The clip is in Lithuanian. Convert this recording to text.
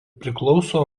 priklauso